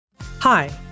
Hi